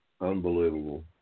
Unbelievable